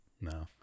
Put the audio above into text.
No